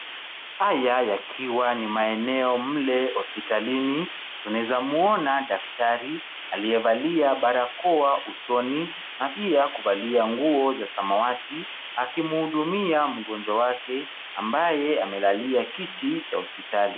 Haya yakiwa ni maeneo mle hospitalini, tunaweza muona daktari aliyevalia barakoa usoni na pia kuvalia nguo za samawati, akimhudumia mgonjwa wake, ambaye amelalia kiti cha hospitali.